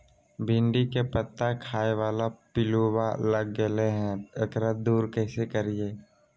भिंडी के पत्ता खाए बाला पिलुवा लग गेलै हैं, एकरा दूर कैसे करियय?